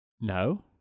No